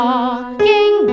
Walking